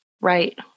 Right